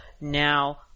now